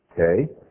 Okay